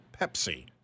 Pepsi